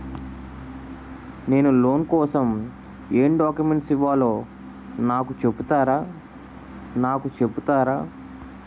నేను లోన్ కోసం ఎం డాక్యుమెంట్స్ ఇవ్వాలో నాకు చెపుతారా నాకు చెపుతారా?